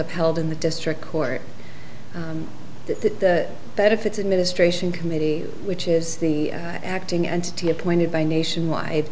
upheld in the district court that the benefits administration committee which is the acting entity appointed by nationwide